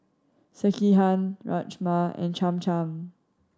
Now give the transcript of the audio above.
Sekihan Rajma and Cham Cham